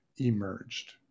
emerged